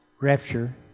Rapture